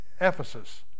Ephesus